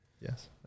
Yes